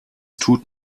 tut